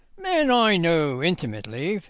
man i know intimately,